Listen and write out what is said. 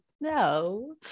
no